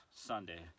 Sunday